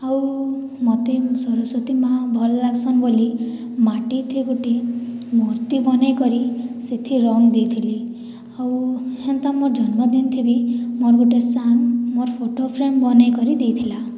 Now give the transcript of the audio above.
ଆଉ ମୋତେ ସରସ୍ଵତୀ ମାଆ ଭଲ ଲାଗସନ ବୋଲି ମାଟି ଥେ ଗୋଟିଏ ମୂର୍ତ୍ତି ବନାଇ କରି ସେଥିର୍ ରଙ୍ଗ ଦେଇଥିଲି ଆଉ ହେନ୍ତା ମୋର ଜନ୍ମଦିନ ଥି ବି ମୋର ଗୋଟିଏ ସାଙ୍ଗ ମୋର ଫଟୋ ଫ୍ରେମ୍ ବନାଇ କରି ଦେଇଥିଲା